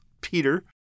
Peter